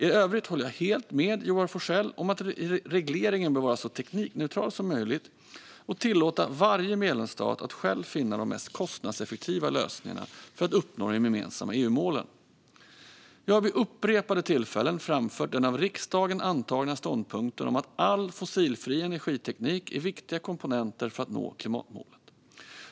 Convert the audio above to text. I övrigt håller jag helt med Joar Forssell om att regleringen bör vara så teknikneutral som möjligt och tillåta varje medlemsstat att själv finna de mest kostnadseffektiva lösningarna för att uppnå de gemensamma EU-målen. Jag har vid upprepade tillfällen framfört den av riksdagen antagna ståndpunkten om att all fossilfri energiteknik är viktiga komponenter för att nå klimatmålet.